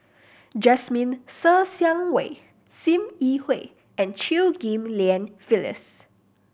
Jasmine Ser Xiang Wei Sim Yi Hui and Chew Ghim Lian Phyllis